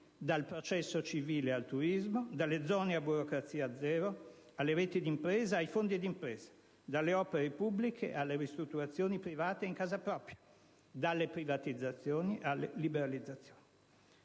dal processo civile al turismo, dalle zone a burocrazia zero alle reti di impresa e ai fondi d'impresa, dalle opere pubbliche alle ristrutturazioni private in casa propria, dalle privatizzazioni alle liberalizzazioni.